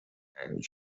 and